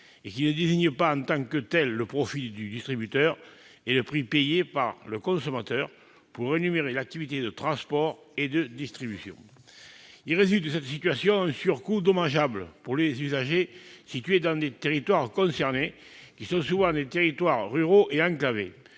et qui ne désigne pas en tant que tel le profit du distributeur, est le prix payé par le consommateur pour rémunérer l'activité de transport et de distribution. Il résulte de cette situation un surcoût dommageable pour les usagers situés dans les territoires concernés, qui sont souvent des territoires ruraux et enclavés.